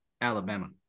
Alabama